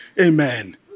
Amen